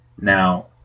Now